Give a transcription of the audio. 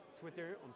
Twitter